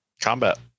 combat